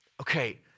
Okay